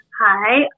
Hi